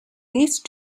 least